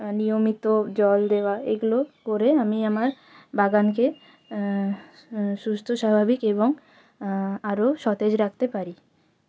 নিয়মিত জল দেওয়া এগুলো করে আমি আমার বাগানকে সুস্থ স্বাভাবিক এবং আরও সতেজ রাখতে পারি